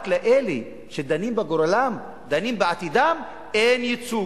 רק לאלה שדנים בגורלם, דנים בעתידם, אין ייצוג.